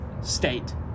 State